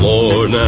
Lord